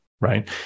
right